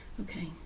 Okay